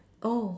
oh